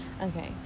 okay